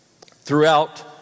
Throughout